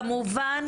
כמובן